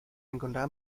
encontraban